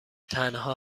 تنها